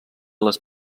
les